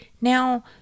Now